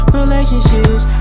relationships